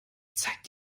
zeigt